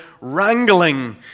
wrangling